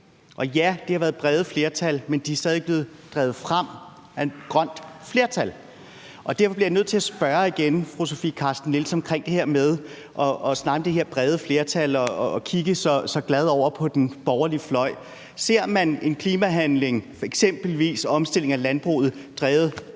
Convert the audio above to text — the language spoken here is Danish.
Og ja, det har været brede flertal, men de er stadig væk blevet drevet frem af et grønt flertal. Derfor bliver jeg nødt til igen at spørge fru Sofie Carsten Nielsen om det her med at snakke om det brede flertal og det at kigge så glad over på den borgerlige fløj. Ser man en klimahandling, f.eks. omstilling af landbruget, drevet